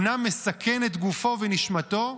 בנה מסכן את גופו ונשמתו.